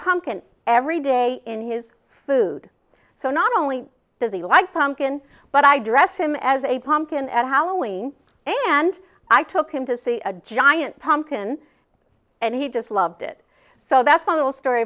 pumpkins every day in his food so not only does he like pumpkin but i dressed him as a pumpkin and how wayne and i took him to see a giant pumpkin and he just loved it so that's my little story